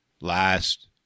last